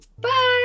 Bye